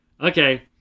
Okay